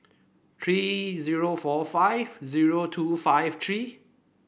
three zero four five zero two five three